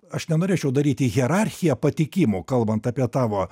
aš nenorėčiau daryti hierarchiją patikimo kalbant apie tavo